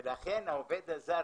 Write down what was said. ולכן, העובד הזר